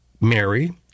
Mary